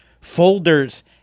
folders